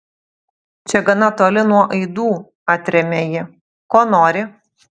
čia gana toli nuo aidų atrėmė ji ko nori